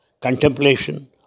contemplation